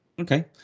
Okay